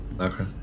Okay